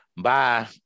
Bye